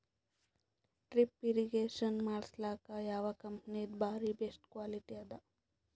Drip irrigation ಮಾಡಸಲಕ್ಕ ಯಾವ ಕಂಪನಿದು ಬಾರಿ ಬೆಸ್ಟ್ ಕ್ವಾಲಿಟಿ ಅದ?